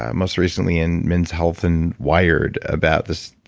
ah most recently in men's health and wired about this.